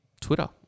Twitter